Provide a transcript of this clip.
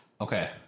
Okay